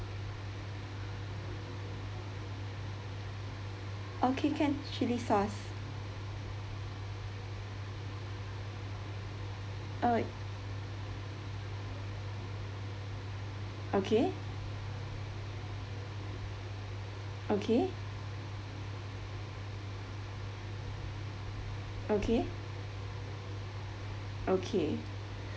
okay can chili sauce alright okay okay okay okay